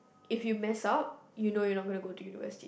if you mess up you know you're not gonna go to university